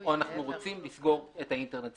או אנחנו רוצים לסגור את האינטרנט.